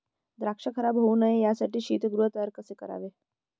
द्राक्ष खराब होऊ नये यासाठी शीतगृह तयार कसे करावे?